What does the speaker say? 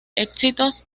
éxitos